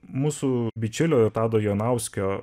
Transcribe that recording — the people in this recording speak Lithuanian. mūsų bičiulio tado jonauskio